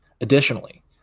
Additionally